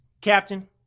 Captain